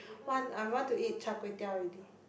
want I want to eat char-kway-teow already